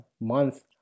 Month